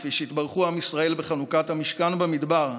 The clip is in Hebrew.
כפי שהתברכו עם ישראל בחנוכת המשכן במדבר,